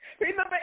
Remember